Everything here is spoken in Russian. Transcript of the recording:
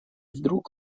вдруг